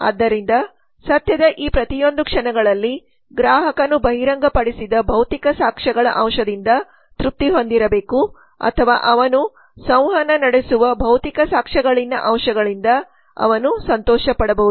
ಆದ್ದರಿಂದ ಸತ್ಯದ ಈ ಪ್ರತಿಯೊಂದು ಕ್ಷಣಗಳಲ್ಲಿ ಗ್ರಾಹಕನು ಬಹಿರಂಗಪಡಿಸಿದ ಭೌತಿಕ ಸಾಕ್ಷ್ಯಗಳ ಅಂಶದಿಂದ ತೃಪ್ತಿ ಹೊಂದಿರಬೇಕು ಅಥವಾ ಅವನು ಸಂವಹನ ನಡೆಸುವ ಭೌತಿಕ ಸಾಕ್ಷ್ಯಗಳಲ್ಲಿನ ಅಂಶಗಳಿಂದ ಅವನು ಸಂತೋಷಪಡಬಹುದು